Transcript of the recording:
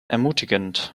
ermutigend